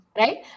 right